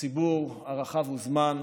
הציבור הרחב הוזמן.